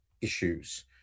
issues